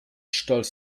stolz